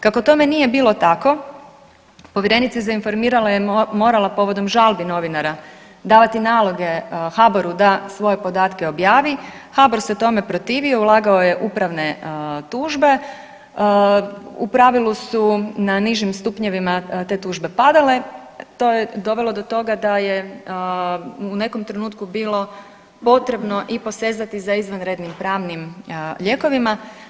Kako tome nije bilo tako povjerenica za informiranje je morala povodom žalbi novinara davati naloge HBOR-u da svoje podatke objavi, HBOR se tome protivio, ulagao je upravne tužbe, u pravilu su na nižim stupnjevima te tužbe padale, to je dovelo do toga da je u nekom trenutku bilo potrebno i posezati za izvanrednim pravnim lijekovima.